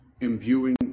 imbuing